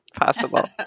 possible